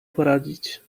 poradzić